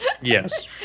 yes